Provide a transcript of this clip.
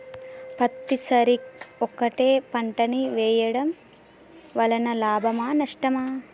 పత్తి సరి ఒకటే పంట ని వేయడం వలన లాభమా నష్టమా?